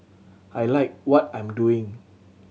I like what I'm doing